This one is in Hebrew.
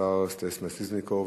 השר סטס מיסז'ניקוב,